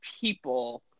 people